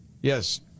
Yes